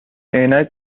عینک